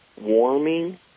warming